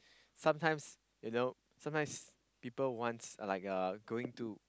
sometime you know sometimes people want like a going to